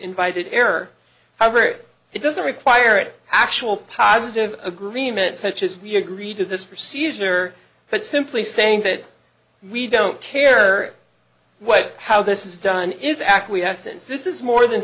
invited error however it doesn't require it actual positive agreement such as we agree to this procedure but simply saying that we don't care what how this is done is acquiescence this is more than